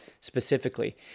specifically